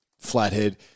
flathead